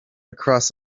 across